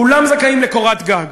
כולם זכאים לקורת גג,